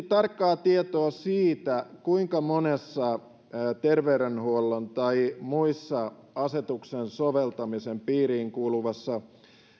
tarkkaa tietoa siitä kuinka monessa terveydenhuollon yksikössä tai muussa asetuksen soveltamisen piiriin kuuluvassa